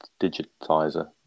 Digitizer